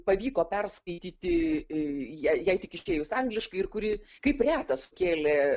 pavyko perskaityti jai jai tik išėjus angliškai ir kuri kaip reta sukėlė